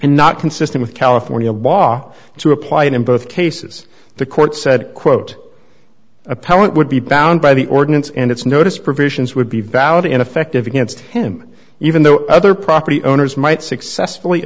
and not consistent with california law to apply in both cases the court said quote appellant would be bound by the ordinance and its notice provisions would be valid and effective against him even though other property owners might successfully